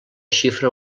xifra